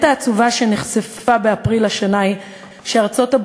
האמת העצובה שנחשפה באפריל השנה היא שארצות-הברית